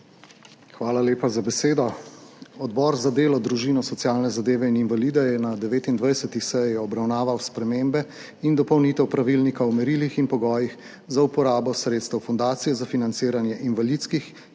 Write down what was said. Hvala lepa za besedo. Odbor za delo, družino, socialne zadeve in invalide je na 29. seji obravnaval spremembe in dopolnitve Pravilnika o merilih in pogojih za uporabo sredstev fundacije za financiranje invalidskih